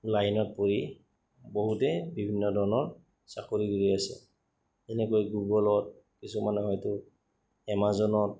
লাইনত পৰি বহুতেই বিভিন্ন ধৰণৰ চাকৰি কৰি আছে যেনেকৈ গুগলত কিছুমানে হয়তো এমাজনত